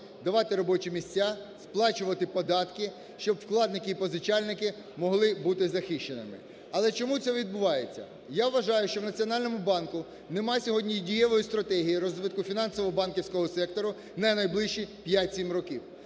давати робочі місця, сплачувати податки, щоб вкладники і позичальники могли бути захищеними. Але чому це відбувається? Я вважаю, що в Національному банку немає сьогодні дієвої стратегії розвитку фінансово-банківського сектору на найближчі 5-7 років.